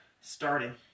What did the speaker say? Starting